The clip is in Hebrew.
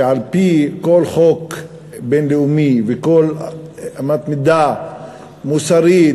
כשעל-פי כל חוק בין-לאומי וכל אמת מידה מוסרית,